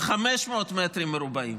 ב-500 מטרים רבועים?